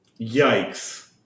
Yikes